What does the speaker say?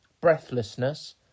breathlessness